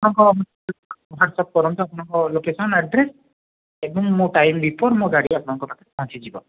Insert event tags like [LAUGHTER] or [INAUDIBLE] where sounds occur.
ହଁ ହଁ [UNINTELLIGIBLE] ହ୍ୱାଟ୍ସଅପ୍ କରନ୍ତୁ ଆପଣଙ୍କ ଲୋକେସନ୍ ଆଡ୍ରେସ୍ ଏବଂ ମୋ ଟାଇମ୍ ବିଫୋର୍ ମୋ ଗାଡ଼ି ଆପଣଙ୍କ ପାଖରେ ପହଞ୍ଚଯିବ